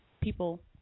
people